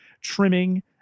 trimming